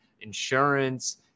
insurance